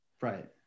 Right